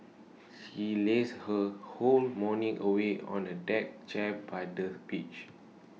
she lazed her whole morning away on A deck chair by the beach